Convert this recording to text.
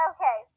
Okay